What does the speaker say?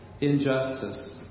injustice